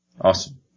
Awesome